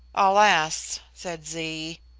alas, said zee,